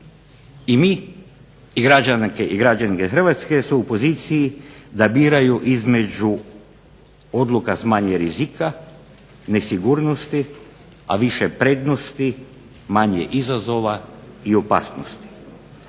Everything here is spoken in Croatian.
i mi i građani i građanke Hrvatske su u poziciji da biraju između odluka s manje rizika, nesigurnosti, a više prednosti manje izazova i opasnosti.